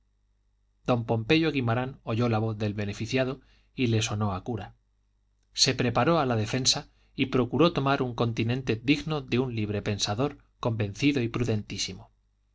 don pompeyo guimarán oyó la voz del beneficiado y le sonó a cura se preparó a la defensa y procuró tomar un continente digno de un libre-pensador convencido y